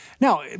Now